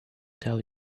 tell